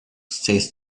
say